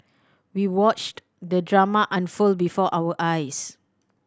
we watched the drama unfold before our eyes